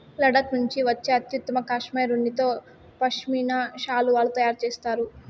లడఖ్ నుండి వచ్చే అత్యుత్తమ కష్మెరె ఉన్నితో పష్మినా శాలువాలు తయారు చేస్తారు